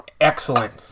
Excellent